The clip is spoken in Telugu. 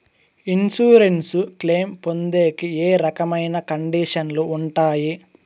ఇన్సూరెన్సు క్లెయిమ్ పొందేకి ఏ రకమైన కండిషన్లు ఉంటాయి?